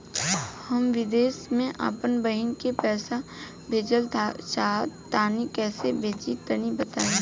हम विदेस मे आपन बहिन के पास पईसा भेजल चाहऽ तनि कईसे भेजि तनि बताई?